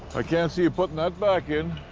i can't see you putting that back in.